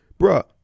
Bruh